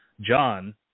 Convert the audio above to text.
John